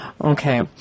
Okay